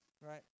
right